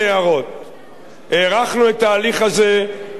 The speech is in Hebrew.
הארכנו את ההליך הזה לשישה שבועות,